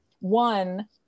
one